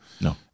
No